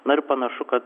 na ir panašu kad